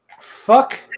Fuck